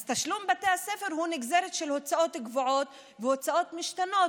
אז תשלום לבית הספר הוא נגזרת של הוצאות קבועות והוצאות משתנות.